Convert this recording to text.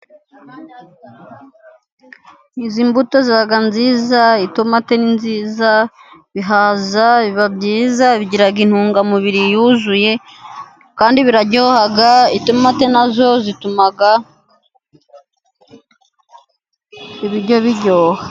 Izi mbuto ziba nziza, itomate ni nziza, ibihaza biba byiza bigira intungamubiri yuzuye, kandi biraryoha, itomate nazo zituma ibiryo biryoha.